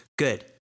Good